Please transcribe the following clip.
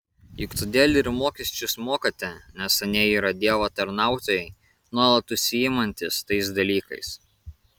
juk todėl ir mokesčius mokate nes anie yra dievo tarnautojai nuolat užsiimantys tais dalykais